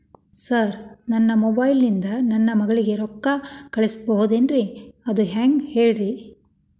sir ನನ್ನ mobile ಇಂದ ನನ್ನ ಮಗಳಿಗೆ ರೊಕ್ಕಾ ಕಳಿಸಬಹುದೇನ್ರಿ ಅದು ಹೆಂಗ್ ಹೇಳ್ರಿ